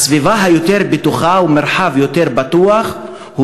הסביבה-היותר בטוחה ומרחב יותר בטוח הם